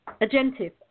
Agentive